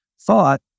thought